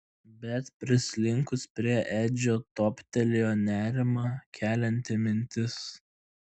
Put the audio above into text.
bet prislinkus prie edžio toptelėjo nerimą kelianti mintis